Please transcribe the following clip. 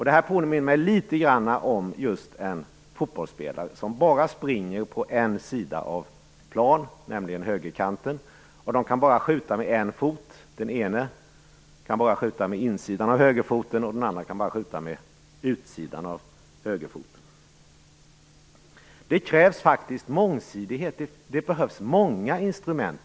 Det här påminner mig litet grand om just fotbollsspelare som bara springer på en sida av planen, nämligen högerkanten. De kan bara skjuta med en fot, den ene bara med insidan av högerfoten och den andre bara med utsidan av högerfoten. Det krävs faktiskt mångsidighet! Det behövs många instrument.